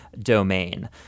domain